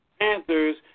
Panthers